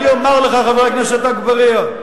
אני אומר לך, חבר הכנסת אגבאריה,